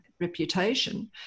reputation